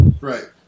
Right